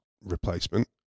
replacement